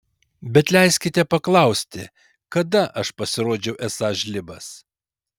bet leiskite paklausti kada aš pasirodžiau esąs žlibas